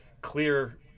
clear